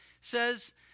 says